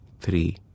three